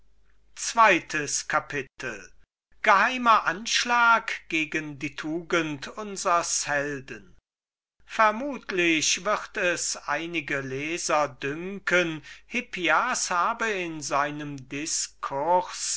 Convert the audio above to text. geheimer anschlag den hippias gegen die tugend unsers helden macht wir vermuten daß es einigen lesern scheinen werde hippias habe in seinem diskurs